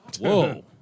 Whoa